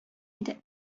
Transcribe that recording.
иде